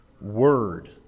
Word